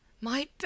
My